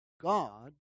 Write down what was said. God